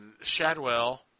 Shadwell